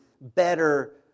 better